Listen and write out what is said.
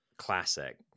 Classic